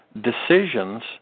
decisions